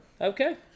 Okay